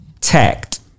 tact